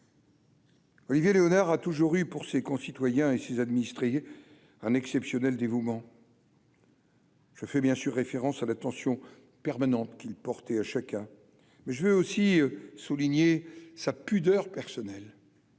Olivier Léonard a toujours eu pour ses concitoyens et ses administrés un exceptionnel dévouement. Je fais bien sûr référence à la tension permanente qu'il portait à chacun, mais je veux aussi souligner sa pudeur personnelle,